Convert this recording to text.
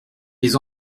les